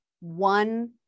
one